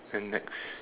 and next